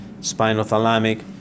spinothalamic